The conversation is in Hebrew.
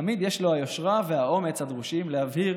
תמיד יש לו היושרה והאומץ הדרושים להבהיר